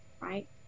right